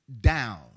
down